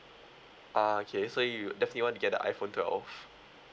ah okay so you definitely want to get the iphone twelve